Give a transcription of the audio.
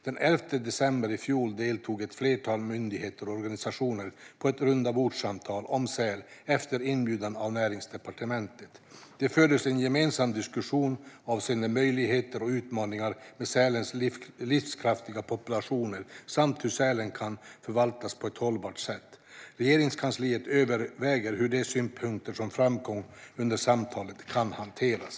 Den 11 december i fjol deltog ett flertal myndigheter och organisationer i ett rundabordssamtal om säl, efter inbjudan från Näringsdepartementet. Det fördes en gemensam diskussion avseende möjligheter och utmaningar med sälens livskraftiga populationer samt hur sälen kan förvaltas på ett hållbart sätt. Regeringskansliet överväger hur de synpunkter som framkom under samtalet kan hanteras.